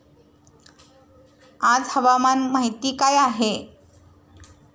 आज हवामान माहिती काय आहे?